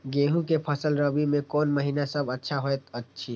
गेहूँ के फसल रबि मे कोन महिना सब अच्छा होयत अछि?